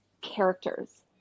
characters